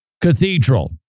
Cathedral